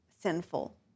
sinful